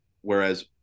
Whereas